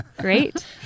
Great